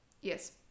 Yes